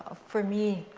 ah for me,